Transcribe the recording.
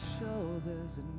shoulders